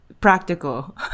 practical